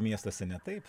miestuose ne taip